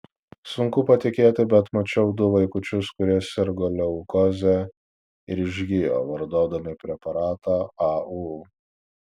sunku patikėti bet mačiau du vaikučius kurie sirgo leukoze ir išgijo vartodami preparatą au